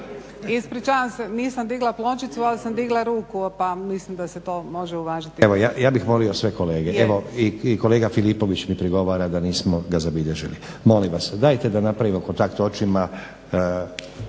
ispričavam se, nisam digla pločicu ali sam digla ruku pa mislim da se to može uvažiti. **Stazić, Nenad (SDP)** Evo ja bih molio sve kolege evo i kolega Filipović mi prigovara da nismo ga zabilježili. Molim vas dajte da napravimo kontakt očima